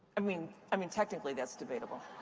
i mean i mean, technically, that's debatable.